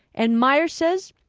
and maiers says,